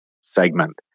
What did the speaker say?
segment